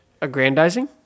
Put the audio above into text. Aggrandizing